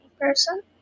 person